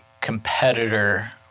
competitor